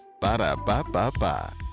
Ba-da-ba-ba-ba